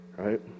Right